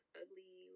ugly